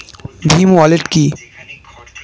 Bhim wallet কি?